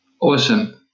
Awesome